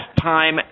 time